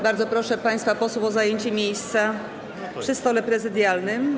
Bardzo proszę państwa posłów o zajęcie miejsc przy stole prezydialnym.